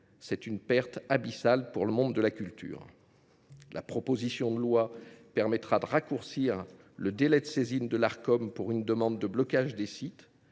c’est une perte abyssale pour le monde de la culture ! La proposition de loi vise à raccourcir le délai de saisine de l’Arcom pour une demande de blocage des sites,